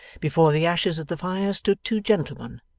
before the ashes of the fire stood two gentlemen,